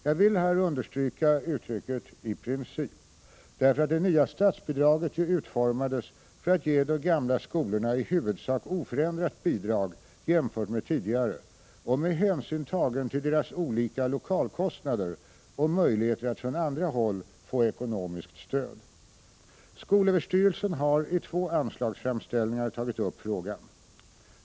Jag vill här understryka uttrycket ”i princip”, därför att det nya statsbidraget ju utformades för att ge de gamla skolorna i huvudsak oförändrat bidrag jämfört med tidigare och med hänsyn tagen till deras olika lokalkostnader och möjligheter att från andra håll få ekonomiskt stöd. Skolöverstyrelsen har i två anslagsframställningar tagit upp frågan.